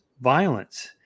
violence